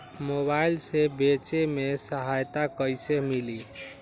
Mobile से बेचे में सहायता कईसे मिली?